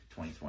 2020